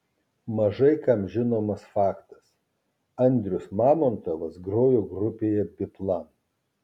mažai kam žinomas faktas andrius mamontovas grojo grupėje biplan